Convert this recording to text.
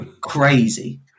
crazy